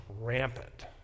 rampant